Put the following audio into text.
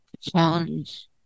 Challenge